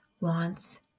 wants